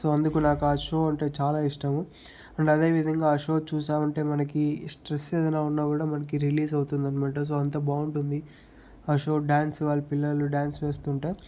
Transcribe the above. so అందుకు నాకు ఆ షో అంటే చాలా ఇష్టము అండ్ అదే విధంగా ఆ షో చూశామంటే మనకి స్ట్రెస్ ఏదన్నా ఉన్నా కూడా మనకి రిలీజ్ అవుతుందన్నమాట సో అంత బాగుంటుంది ఆ షో డ్యాన్సు వాళ్ పిల్లలు డ్యాన్స్ వేస్తుంటే